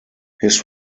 his